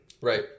Right